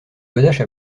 godache